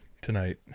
tonight